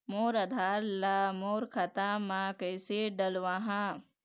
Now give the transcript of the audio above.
मोर आधार ला मोर खाता मे किसे डलवाहा?